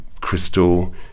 Crystal